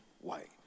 white